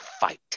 fight